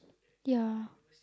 ya